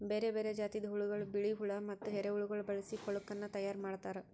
ಬೇರೆ ಬೇರೆ ಜಾತಿದ್ ಹುಳಗೊಳ್, ಬಿಳಿ ಹುಳ ಮತ್ತ ಎರೆಹುಳಗೊಳ್ ಬಳಸಿ ಕೊಳುಕನ್ನ ತೈಯಾರ್ ಮಾಡ್ತಾರ್